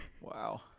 Wow